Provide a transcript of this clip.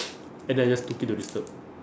and then I just took it to disturb